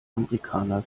amerikaner